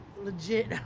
legit